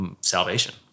salvation